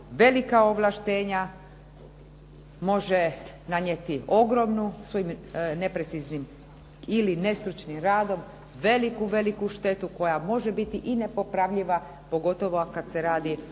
velika ovlaštenja može nanijeti ogromnu svojim nepreciznim ili nestručnim radom veliku, veliku štetu koja može biti nepopravljiva pogotovo kada se radi o nekim